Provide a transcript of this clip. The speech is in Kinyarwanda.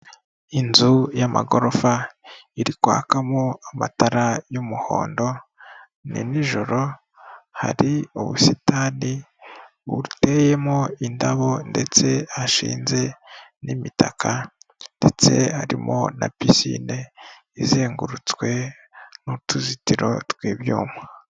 Inzu y'amagorofa, iri kwakamo amatara y'umuhondo, ni nijoro, hari ubusitani buteyemo indabo ndetse hashinze n'imitaka ndetse harimo na pisine izengurutswe n'utuzitiro tw'ibyuma.